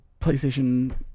PlayStation